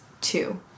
two